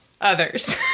others